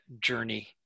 journey